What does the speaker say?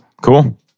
Cool